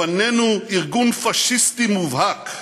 לפנינו ארגון פאשיסטי מובהק,